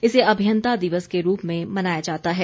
इसे अभियन्ता दिवस के रूप में मनाया जाता है